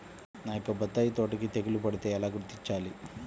నా యొక్క బత్తాయి తోటకి తెగులు పడితే ఎలా గుర్తించాలి?